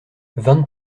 vingt